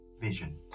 vision